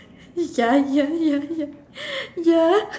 ya ya ya ya ya